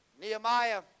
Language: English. Nehemiah